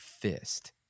fist